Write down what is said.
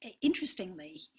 interestingly